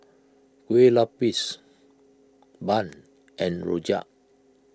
Kue Lupis Bun and Rojak